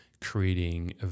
creating